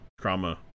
trauma